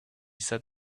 said